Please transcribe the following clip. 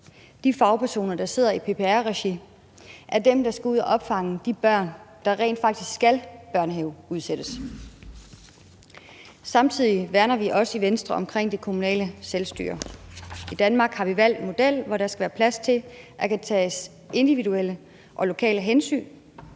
De fagpersoner, der sidder i PPR-regi, er dem, der skal ud at opfange de børn, der rent faktisk skal børnehaveudsættes. Samtidig værner vi også i Venstre om det kommunale selvstyre. I Danmark har vi valgt en model, hvor der skal være plads til, at der kan tages individuelle og lokale hensyn.